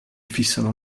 fissano